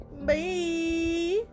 bye